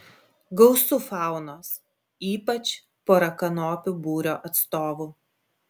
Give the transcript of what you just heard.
gausu faunos ypač porakanopių būrio atstovų